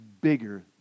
bigger